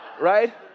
Right